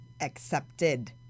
accepted